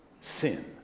sin